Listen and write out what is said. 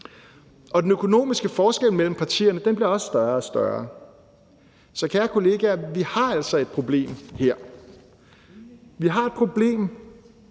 Og den økonomiske forskel mellem partierne bliver også større og større. Så kære kollegaer, vi har altså et problem her. Vi har et problem,